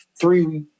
three